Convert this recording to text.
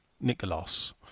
Nicholas